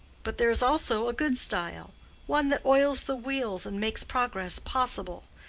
but there is also a good style one that oils the wheels and makes progress possible.